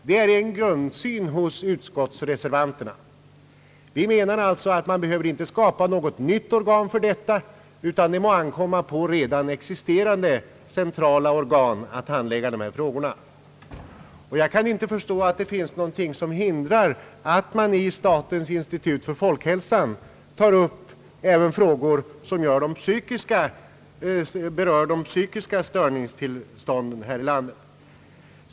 Det är en grundsyn hos utskottsreservanterna, Vi behöver inte skapa ett nytt organ för denna vård, utan det må ankomma på redan existerande centrala organ. Jag kan inte förstå vad som hindrar att statens institut för folkhälsan tar upp även frågor som berör de psykiska störningstillstånden i landet.